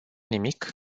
nimic